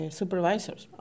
supervisors